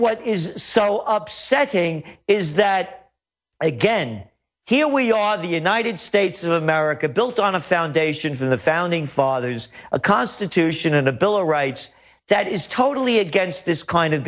what is so upset saying is that again here we are the united states of america built on a foundation from the founding fathers a constitution and a bill of rights that is totally against this kind of